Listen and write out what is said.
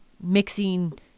mixing